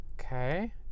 Okay